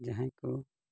ᱡᱟᱦᱟᱸᱭ ᱠᱚ